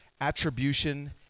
attribution